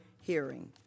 hearing